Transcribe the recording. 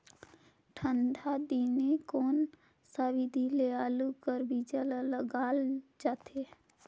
ठंडा दिने कोन सा विधि ले आलू कर बीजा ल लगाल जाथे?